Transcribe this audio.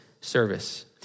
service